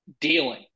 dealing